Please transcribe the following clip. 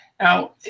Now